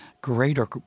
greater